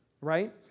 right